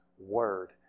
word